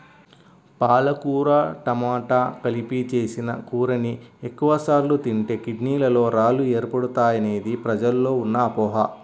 పాలకూర టమాట కలిపి చేసిన కూరని ఎక్కువ సార్లు తింటే కిడ్నీలలో రాళ్లు ఏర్పడతాయనేది ప్రజల్లో ఉన్న అపోహ